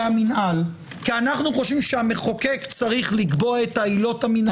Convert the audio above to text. המינהל כי אנו חושבים שהמחוקק צריך לקבוע את העילות המינהליות,